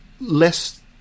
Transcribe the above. less